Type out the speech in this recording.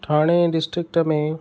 थाणे district में